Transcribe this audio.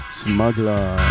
smuggler